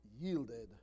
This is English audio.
yielded